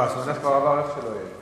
לא, זמנך כבר עבר, איך שלא יהיה.